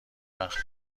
وقت